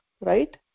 right